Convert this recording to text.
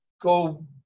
go